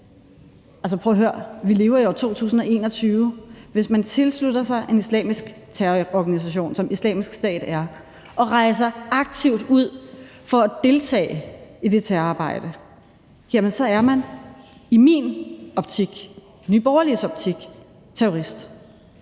vi lever i år 2021. Hvis man tilslutter sig en islamisk terrororganisation, som Islamisk Stat er, og aktivt rejser ud for at deltage i det terrorarbejde, jamen så er man i min optik og i Nye Borgerliges optik terrorist.